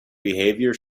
behaviour